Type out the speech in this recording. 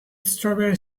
strawberry